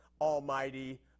Almighty